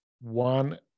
one